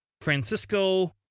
francisco